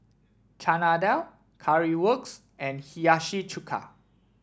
Chana Dal Currywurst and Hiyashi Chuka